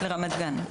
לרמת גן.